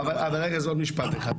אז עוד משפט אחד.